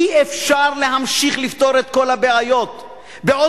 אי-אפשר להמשיך לפתור את כל הבעיות בעוד